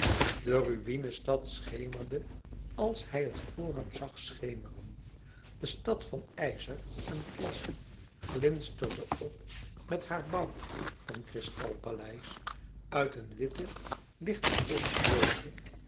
de ruïne stad schemerde als hij het forum zag schemeren de stad van ijzer en glas glinsterde op met haar bouw van kristalpaleis uit een witte lichtapotheoze als